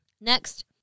Next